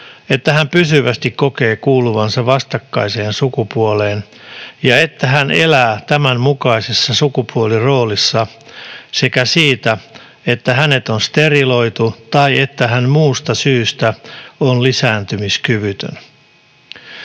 että hän pysyvästi kokee kuuluvansa vastakkaiseen sukupuoleen ja että hän elää tämän mukaisessa sukupuoliroolissa sekä siitä, että hänet on steriloitu tai että hän muusta syystä on lisääntymiskyvytön.